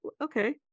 okay